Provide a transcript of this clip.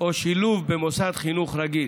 או שילוב במוסד חינוך רגיל.